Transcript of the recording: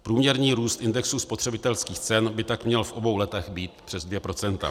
Průměrný růst indexu spotřebitelských cen by tak měl v obou letech být přes 2 %.